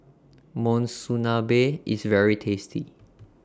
Monsunabe IS very tasty